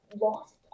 lost